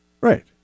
Right